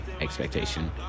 Expectation